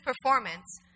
performance